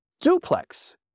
duplex